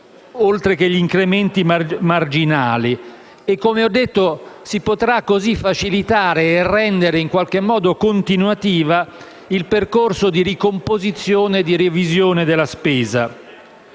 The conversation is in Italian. oltre che gli incrementi marginali. Come ho detto, si potrà così facilitare e rendere continuativo il percorso di ricomposizione e di revisione della spesa.